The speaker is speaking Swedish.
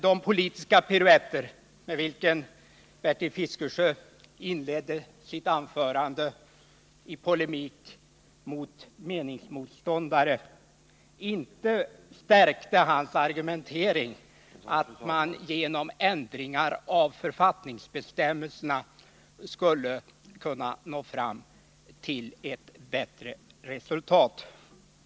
De politiska piruetter med vilka Bertil Fiskesjö inledde sitt anförande, i polemik mot meningsmots åndare, tycker jag inte stärkte hans argumentering att man genom en ändring av författningsbe stämmelserna skulle kunna nå ett bättre resultat.